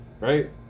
Right